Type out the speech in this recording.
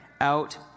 out